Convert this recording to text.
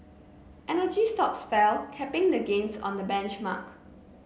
energy stocks fell capping the gains on the benchmark